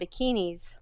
bikinis